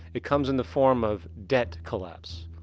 it comes in the form of debt collapse.